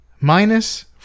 minus